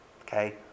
Okay